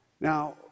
Now